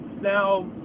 now